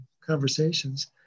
conversations